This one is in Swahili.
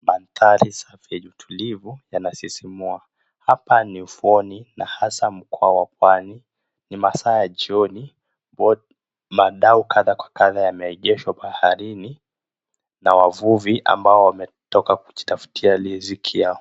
Maandhari safi yenye utulivu yana sisimua. Hapa ni ufuoni na hasa mkoa wa pwani, ni masaa ya jioni kuna dau kadha wa kadha yameegeshwa baharini na wavuvi ambao wametoka kujitaftia riziki yao.